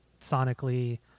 sonically